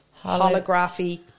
Holography